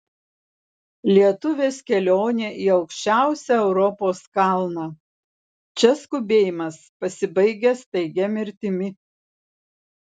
lietuvės kelionė į aukščiausią europos kalną čia skubėjimas pasibaigia staigia mirtimi